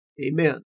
Amen